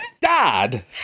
Dad